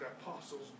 Apostles